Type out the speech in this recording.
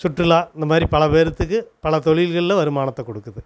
சுற்றுலா இந்த மாதிரி பல பேருத்துக்கு பல தொழில்களில் வருமானத்தை கொடுக்குது